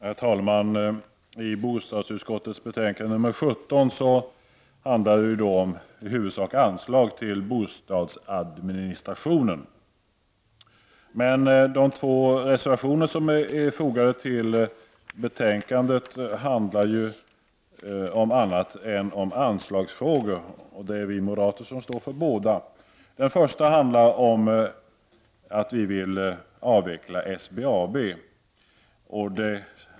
Herr talman! I bostadsutskottets betänkande nr 17 behandlas i huvudsak anslag till bostadsadministrationen. Men de två reservationer som är fogade till betänkandet handlar ju om annat än om anslagsfrågor, och det är vi moderater som står för båda. Den första handlar om att vi vill avveckla SBAB.